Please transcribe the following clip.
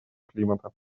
климата